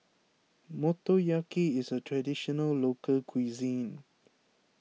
Motoyaki is a Traditional Local Cuisine